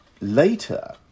later